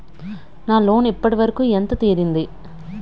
నా లోన్ ఇప్పటి వరకూ ఎంత తీరింది?